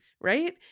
right